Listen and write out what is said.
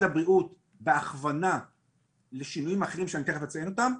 הבריאות והכוונה לשינויים אחרים שאני תיכף אציין אותם,